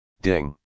Ding